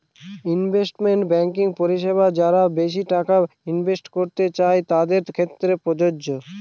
investment banking পরিষেবা যারা বেশি টাকা ইনভেস্ট করতে চাই তাদের ক্ষেত্রে প্রযোজ্য